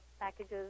packages